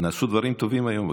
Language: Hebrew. נעשו דברים טובים היום בכנסת.